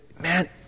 man